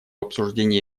обсуждении